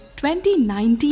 2019